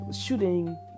shooting